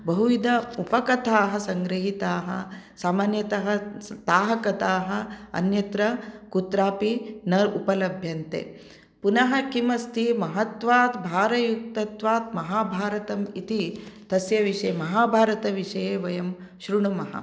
बहुविध उपकथाः सङ्घ्रहिताः सामान्यतः ताः कथाः अन्यत्र कुत्रापि न उपलभ्यन्ते पुनः किम् अस्ति महत्वात् भारयुक्तत्वात् महाभारतम् इति तस्य विषये महाभारतविषये वयं शृणुमः